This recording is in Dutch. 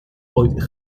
ooit